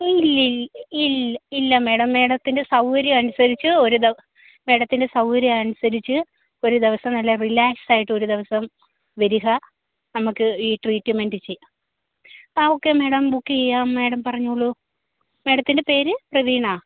ഇല്ലില് ഇല് ഇല്ല മേഡം മേഡത്തിന്റെ സൗകര്യമനുസരിച്ച് ഒരു ദെ മേഡത്തിന്റെ സൗകര്യമനുസരിച്ച് ഒരു ദിവസം നല്ല റിലാക്സ്സായിട്ട് ഒരു ദിവസം വരുക നമുക്ക് ഈ ട്രീറ്റ്മെന്റ് ചെയ്യാം ആ ഓക്കെ മേഡം ബുക്ക് ചെയ്യാം മേഡം പറഞ്ഞോളു മേഡത്തിന്റെ പേര് പ്രവീണ